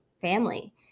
family